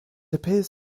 appears